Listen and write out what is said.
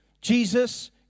Jesus